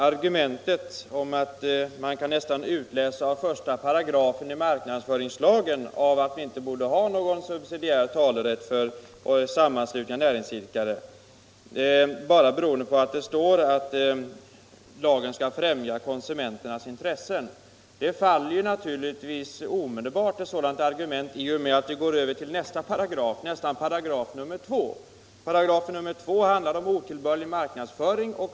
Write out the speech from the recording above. Argumentet att man kan utläsa ur 1§ marknadsföringslagen att vi inte bör ha någon subsidiär talerätt för sammanslutning av näringsidkare, eftersom det står att lagen skall främja konsumenternas intressen, faller naturligtvis omedelbart när man läser 2 §, som handlar om otillbörlig marknadsföring.